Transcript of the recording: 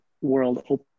world